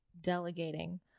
delegating